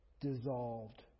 dissolved